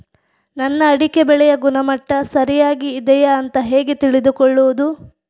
ನನ್ನ ಅಡಿಕೆ ಬೆಳೆಯ ಗುಣಮಟ್ಟ ಸರಿಯಾಗಿ ಇದೆಯಾ ಅಂತ ಹೇಗೆ ತಿಳಿದುಕೊಳ್ಳುವುದು?